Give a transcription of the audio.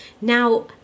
Now